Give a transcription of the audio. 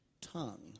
tongue